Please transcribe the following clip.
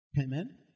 Amen